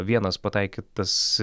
vienas pataikytas